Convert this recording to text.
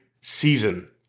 season